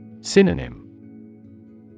Synonym